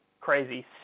crazy